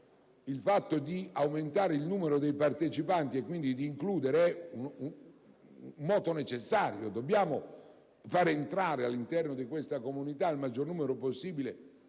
il fatto di aumentare il numero dei partecipanti e quindi di includere è un moto necessario. Infatti, dobbiamo far entrare in questa comunità il maggior numero possibile